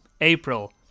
April